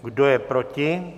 Kdo je proti?